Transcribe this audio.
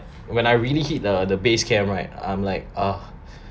when I really hit the the base camp right I'm like ah